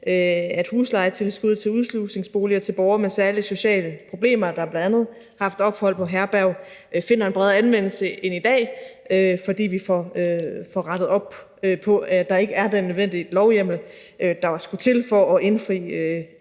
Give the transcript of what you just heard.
at huslejetilskud til udslusningsboliger til borgere med særlige sociale problemer, der bl.a. har haft ophold på herberg, finder en bredere anvendelse end i dag, fordi vi får rettet op på, at der ikke er den nødvendige lovhjemmel, der skulle til for at indfri